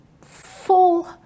full